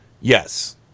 Yes